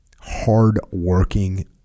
hardworking